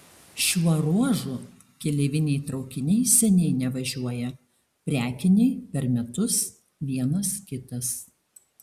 šiuo ruožu keleiviniai traukiniai seniai nevažiuoja prekiniai per metus vienas kitas